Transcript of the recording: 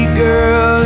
girl